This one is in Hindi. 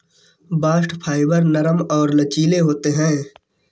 बास्ट फाइबर नरम और लचीले होते हैं